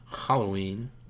Halloween